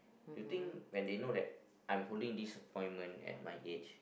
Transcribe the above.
do you think when they know that I'm holding this appointment at my age